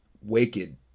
wicked